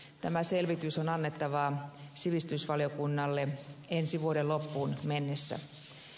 tämä selvitys on annettava sivistysvaliokunnalle ensi vuoden loppuun mennessä